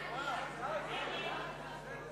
מספר חברי הממשלה),